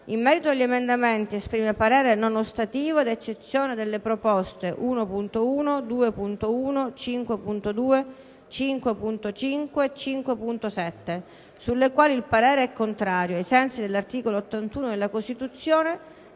In merito agli emendamenti, esprime parere non ostativo ad eccezione delle proposte 1.1, 2.1, 5.2, 5.5 e 5.7, sulle quali il parere è contrario, ai sensi dell'articolo 81 della Costituzione,